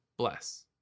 Bless